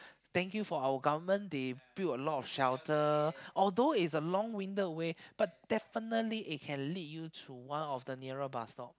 thank you for our government they build a lot of shelter although is a long winded way but definitely it can lead you to one of the nearer bus stop